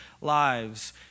lives